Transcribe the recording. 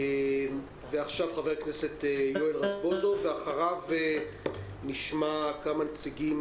חבר הכנסת יואל רזבוזוב ואחריו נשמע כמה נציגים